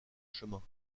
chemins